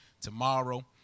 tomorrow